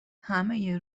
همه